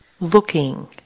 looking